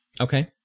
Okay